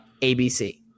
ABC